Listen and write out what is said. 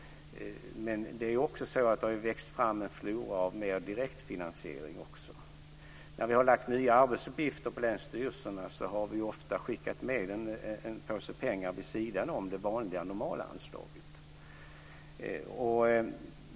Det har också växt fram en flora av mer direkt finansiering också. När vi har lagt nya arbetsuppgifter på länsstyrelserna har vi ofta skickat med en påse pengar vid sidan om det vanliga normala anslaget.